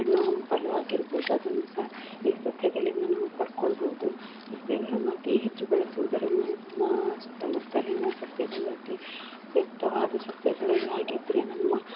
ಹಣ್ಣು ಹಂಪಲು ಆಗಿರ್ಬೋದು ಅದನ್ನು ಸಹ ಈ ಸಸ್ಯಗಳಿಂದ ನಾವು ಪಡ್ಕೊಳ್ಬೋದು ಸಸ್ಯಗಳನ್ನು ಅತಿ ಹೆಚ್ಚು ಬೆಳೆಸುವುದರಿಂದ ನಮ್ಮ ಸುತ್ತಮುತ್ತಲಿನ ಸಸ್ಯಗಳು ಅತಿ ವ್ಯಕ್ತವಾದ ಸಸ್ಯಗಳು ಆಗಿದ್ದರೆ ನಮ್ಮ